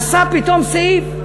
עשה פתאום סעיף.